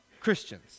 Christians